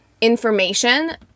information